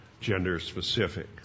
gender-specific